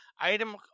item